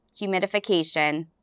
humidification